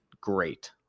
Great